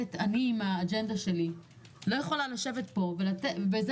אני והאג'נדה שלי לא יכולה לשבת פה ובזה